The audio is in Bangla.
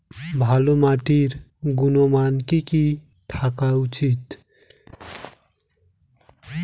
ভালো মাটির গুণমান কি কি থাকা উচিৎ?